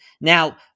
Now